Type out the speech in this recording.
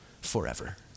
forever